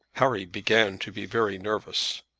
harry began to be very nervous.